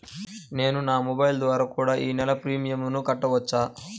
నేను నా మొబైల్ ద్వారా కూడ నెల వారి ప్రీమియంను కట్టావచ్చా?